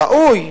ראוי,